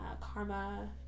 karma